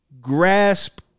grasp